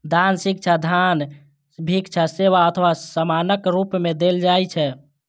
दान शिक्षा, धन, भिक्षा, सेवा अथवा सामानक रूप मे देल जाइ छै